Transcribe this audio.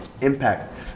impact